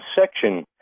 section